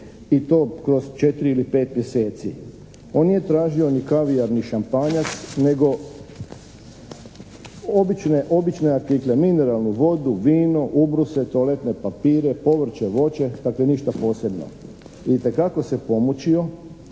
i to kroz četiri ili pet mjeseci. On nije tražio ni kavijar ni šampanjac nego obične artikle, mineralnu vodu, vino, ubruse, toaletne papire, povrće, voće, dakle ništa posebno. Itekako se pomučio